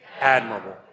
admirable